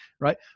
right